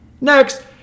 Next